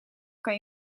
kan